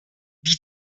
die